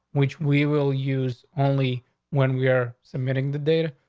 which we will use only when we are submitting the data.